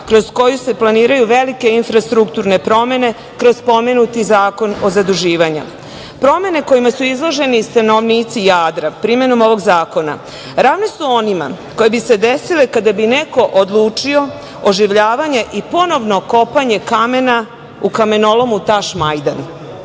kroz koji se planiraju velika infrastrukturne promene kroz pomenuti zakon o zaduživanja. Promene kojima su izloženi stanovnici Jadra, primenom ovog zakona, ravni su onima kojima bi se desile, kada bi se neko odlučio oživljavanje i ponovno kopanje kamena u kamenolomu Tašmajdan,